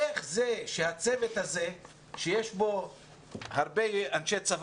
איך זה שהצוות הזה שיש בו הרבה אנשי צבא